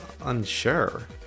Unsure